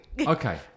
Okay